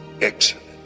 excellent